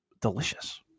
Delicious